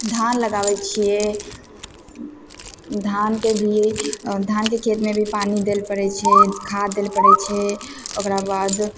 धान लगाबय छियै धानके भी धानके खेतमे भी पानि दै लए पड़य छै खाद दै लए पड़य छै ओकरा बाद